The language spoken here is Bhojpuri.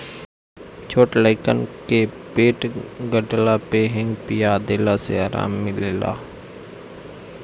छोट लइकन के पेट गड़ला पे हिंग पिया देला से आराम मिलेला